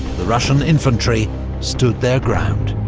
the russian infantry stood their ground.